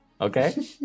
okay